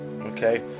Okay